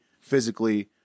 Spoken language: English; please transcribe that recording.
physically